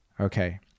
okay